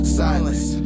silence